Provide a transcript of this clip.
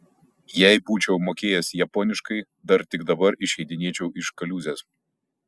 jei būčiau mokėjęs japoniškai dar tik dabar išeidinėčiau iš kaliūzės